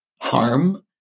harm